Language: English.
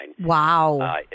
wow